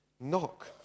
knock